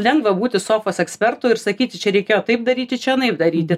lengva būti sofos ekspertu ir sakyti čia reikėjo taip daryti čia anaip daryti